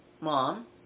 Mom